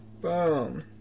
Boom